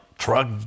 Truck